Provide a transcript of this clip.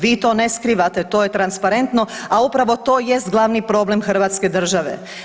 Vi to ne skrivate, to je transparentno, a upravo to jest glavni problem Hrvatske države.